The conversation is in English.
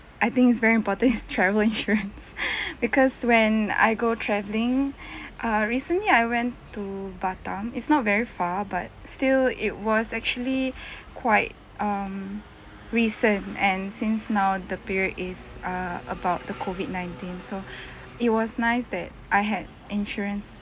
I think is very important is travel insurance because when I go travelling uh recently I went to batam it's not very far but still it was actually quite um recent and since now the period is uh about the COVID nineteen so it was nice that I had insurance